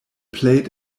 played